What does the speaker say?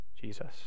Jesus